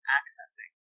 accessing